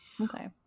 Okay